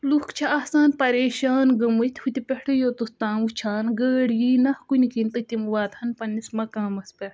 لوکھ چھِ آسان پریشان گٔمٕتۍ ہوٚتہِ پٮ۪ٹھہٕ یوٚتَتھ تام وُچھان گٲڑۍ یی نا کُنہِ کِنۍ تہٕ تِم واتہٕ ہان پننِس مقامَس پٮ۪ٹھ